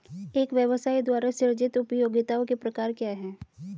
एक व्यवसाय द्वारा सृजित उपयोगिताओं के प्रकार क्या हैं?